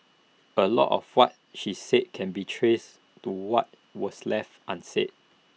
A lot of what she said can be traced to what was left unsaid